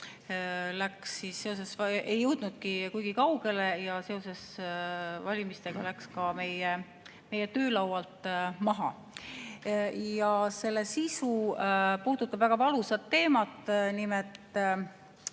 aga mis siis ei jõudnudki kuigi kaugele ja seoses valimistega [võeti] meie töölaualt maha. Selle sisu puudutab väga valusat teemat, nimelt